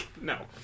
No